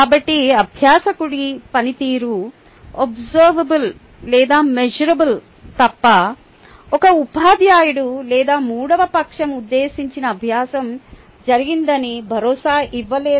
కాబట్టి అభ్యాసకుడి పనితీరు అబ్సర్వబుల్ లేదా మేషరబుల్ తప్ప ఒక ఉపాధ్యాయుడు లేదా మూడవ పక్షం ఉద్దేశించిన అభ్యాసం జరిగిందని భరోసా ఇవ్వలేరు